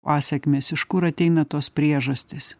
pasekmės iš kur ateina tos priežastys